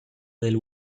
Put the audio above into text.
del